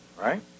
right